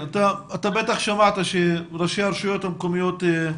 אתה בטח שמעת את ראשי הרשויות המקומיות.